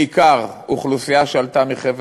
בעיקר אוכלוסייה שעלתה מחבר